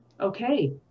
okay